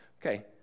Okay